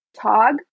Tog